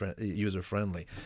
user-friendly